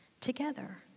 together